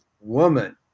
Woman